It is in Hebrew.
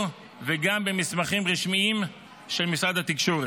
וגם במסמכים רשמיים של משרד התקשורת.